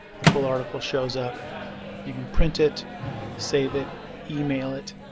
the full article shows up you can print it save it email it.